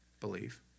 Believe